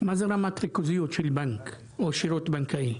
מה זה רמת ריכוזיות של בנק, או שירות בנקאי?